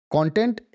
Content